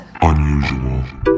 unusual